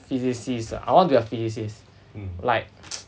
physicist uh I want to be a physicist like